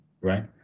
right